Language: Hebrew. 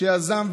שיזם,